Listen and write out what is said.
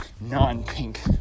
non-pink